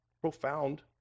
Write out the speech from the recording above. profound